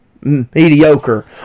mediocre